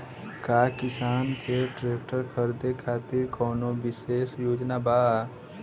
का किसान के ट्रैक्टर खरीदें खातिर कउनों विशेष योजना बा?